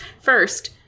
First